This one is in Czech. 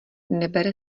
neber